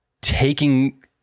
taking